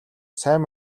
сайн